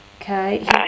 Okay